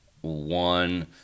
one